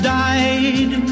died